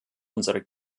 unsere